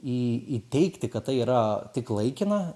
į įteigti kad tai yra tik laikina